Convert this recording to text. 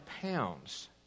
pounds